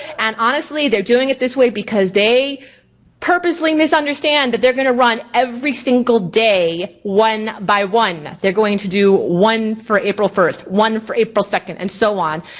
and honestly, they're doing it this way because they purposely misunderstand that they're gonna run every single day one by one. they're going to do one for april first, one for april second, and so on.